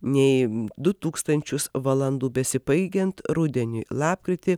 nei du tūkstančius valandų besibaigiant rudeniui lapkritį